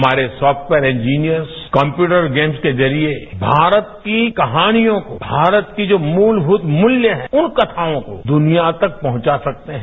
हमारे software engineers computer games के जरिए भारत की कहानियों भारत की जो मूलभूत मूल्य हैं उन कथाओं को द्वनिया तक पहुंचा सकते हैं